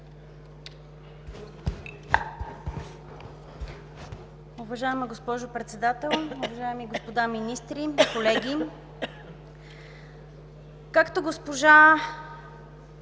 Уважаема госпожо Председател, уважаеми господа министри, колеги! Както госпожа